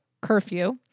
curfew